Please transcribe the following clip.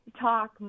Talk